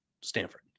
Stanford